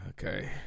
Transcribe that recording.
Okay